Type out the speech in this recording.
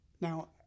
Now